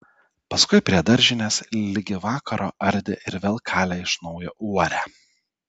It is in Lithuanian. paskui prie daržinės ligi vakaro ardė ir vėl kalė iš naujo uorę